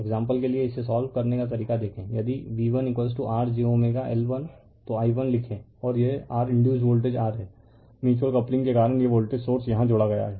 example के लिए इसे सोल्व करने का तरीका देखें यदि v1r jL1 तो i1 लिखें और यह r इंडयुसड वोल्टेज r है म्यूच्यूअल कपलिंग के कारण यह वोल्टेज सोर्स यहां जोड़ा गया है